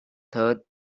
third